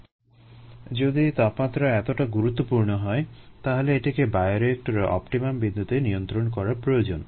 তাহলে যদি তাপমাত্রা এতোটা গুরুত্বপূর্ণ হয় তাহলে এটিকে বায়োরিয়েক্টরে অপটিমাম বিন্দুতে নিয়ন্ত্রণ করা প্রয়োজন